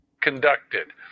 Conducted